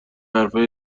حرفا